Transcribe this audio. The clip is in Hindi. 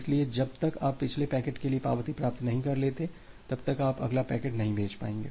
इसलिए जब तक आप पिछले पैकेट के लिए पावती प्राप्त नहीं कर लेते तब तक आप अगला पैकेट नहीं भेज पाएंगे